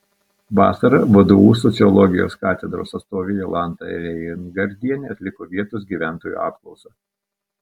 vasarą vdu sociologijos katedros atstovė jolanta reingardienė atliko vietos gyventojų apklausą